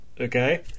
okay